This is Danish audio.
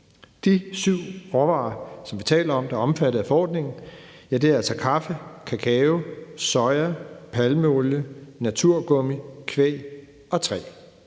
De syv råvarer, vi taler om, som er omfattet af forordningen, er altså kaffe, kakao, soja, palmeolie, naturgummi, kvæg og træ.